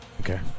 Okay